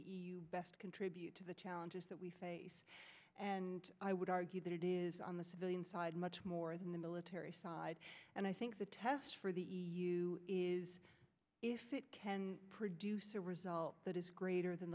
the best contribute to the challenges that we face and i would argue that it is on the civilian side much more than the military side and i think the test for the e u is if it can produce a result that is greater than